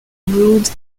ruled